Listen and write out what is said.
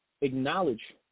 acknowledge